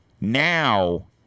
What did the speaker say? Now